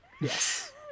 Yes